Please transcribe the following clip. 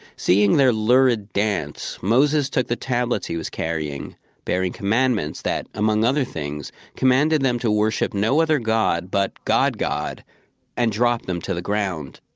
seeing their lurid dance, moses took the tablets he was carrying bearing commandments that, among other things, commanded them to worship no other god but god god and dropped them to the ground.